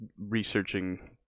researching